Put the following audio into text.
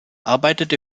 arbeitete